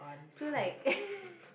so like